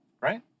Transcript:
Right